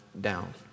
down